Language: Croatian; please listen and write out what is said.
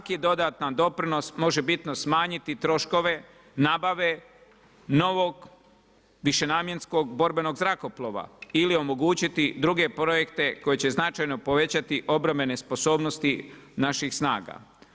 Svaki dodatan doprinos može bitno smanjiti troškove nabave novog višenamjenskog borbenog zrakoplova ili omogućiti druge projekte koji će značajno povećati obrambene sposobnosti naših snaga.